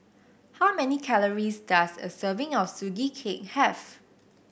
how many calories does a serving of Sugee Cake have